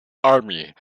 army